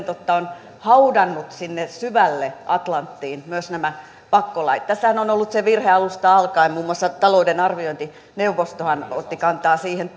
totta on haudannut sinne syvälle atlanttiin myös nämä pakkolait tässähän on ollut se virhe alusta alkaen muun muassa talouden arviointineuvostohan otti kantaa siihen